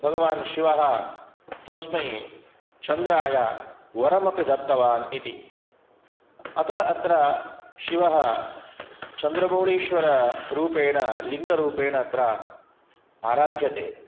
भगवान् शिवः तस्मै चन्द्राय वरमपि दत्तवान् इति अतः अत्र शिवः चन्द्रमौळीश्वररूपेण लिङ्गरुपेण अत्र आराध्यते